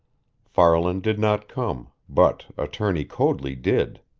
farland did not come, but attorney coadley did.